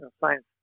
Science